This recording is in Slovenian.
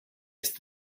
ste